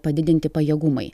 padidinti pajėgumai